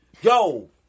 Yo